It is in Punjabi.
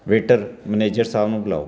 ਵੇਟਰ ਮੈਨੇਜਰ ਸਾਹਿਬ ਨੂੰ ਬੁਲਾਉ